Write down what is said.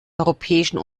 europäischen